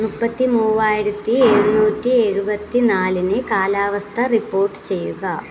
മുപ്പത്തിമൂവായിരത്തി എഴുനൂറ്റി എഴുപത്തിനാലിന് കാലാവസ്ഥ റിപ്പോർട്ട് ചെയ്യുക